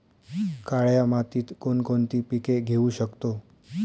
काळ्या मातीत कोणकोणती पिके घेऊ शकतो?